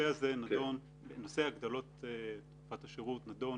נושא הגדלות תקופת השירות נדון